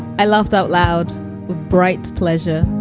i laughed out loud with bright pleasure,